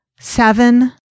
seven